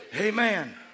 amen